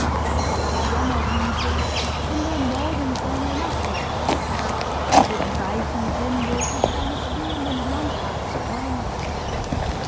auf der sommerwiese in der morgensonne lass uns tanzen wo die weichen winde sich deines wehenden blondhaares freuen werden